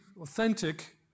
authentic